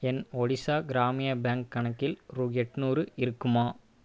என் ஒடிஷா கிராமிய பேங்க் கணக்கில் ரூபா எட்நூறு இருக்குமா